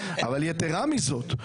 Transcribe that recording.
יתרה מזאת,